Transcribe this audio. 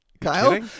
kyle